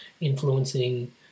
influencing